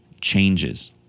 changes